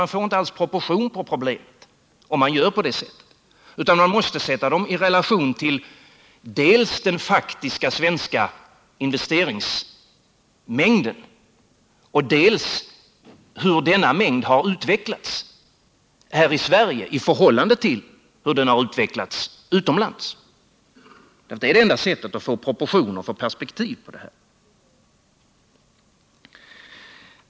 Man får inte alls proportion på problemet, om man gör på det sättet. Man måste sätta dem i relation till dels den faktiska svenska investeringsmängden, dels hur denna mängd har utvecklats här i Sverige i förhållande till hur den har utvecklats utomlands. Det är det enda sättet att få proportion och perspektiv på det här.